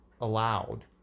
allowed